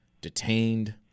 detained